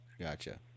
Gotcha